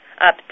up